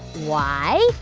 why?